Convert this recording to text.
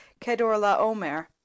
Kedorlaomer